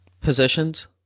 positions